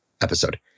episode